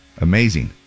Amazing